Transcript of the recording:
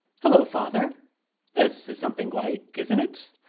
hullo, father this is something like, isn't it?